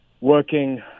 working